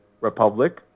Republic